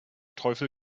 teufel